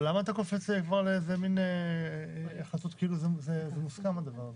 אבל למה אתה קופץ כבר לאיזה מן החלטות כאילו זה מוסכם הדבר הזה?